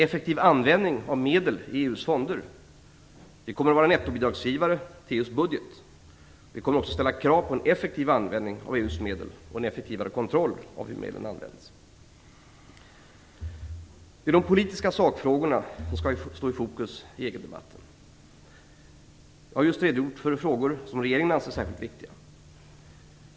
Effektiv användning av medel i EU:s fonder: vi kommer att vara nettobidragsgivare till EU:s budget. Vi kommer också att ställa krav på en effektiv användning av EU:s medel och en effektivare kontroll av hur medlen används. Det är de politiska sakfrågorna som skall stå i fokus i EU-debatten. Jag har just redogjort för frågor som regeringen anser vara särskilt viktiga.